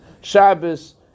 Shabbos